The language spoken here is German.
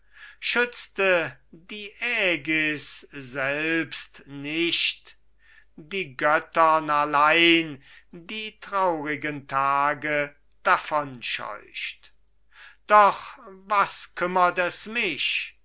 schützte die aegis selbst nicht die göttern allein die traurigen tage davon scheucht doch was kümmert es mich